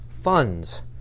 funds